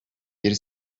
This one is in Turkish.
yeri